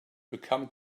become